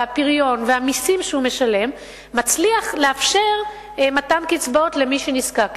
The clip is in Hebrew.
הפריון והמסים שהוא משלם מצליח לאפשר מתן קצבאות למי שנזקק לכך.